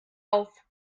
auf